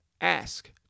Ask